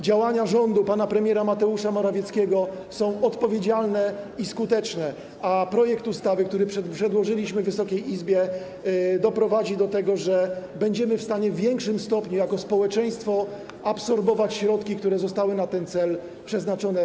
Działania rządu, pana premiera Mateusza Morawieckiego są odpowiedzialne i skuteczne, a projekt ustawy, który przedłożyliśmy Wysokiej Izbie, doprowadzi do tego, że jako społeczeństwo będziemy w stanie w większym stopniu absorbować środki, które zostały na ten cel przeznaczone.